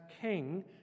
king